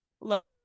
look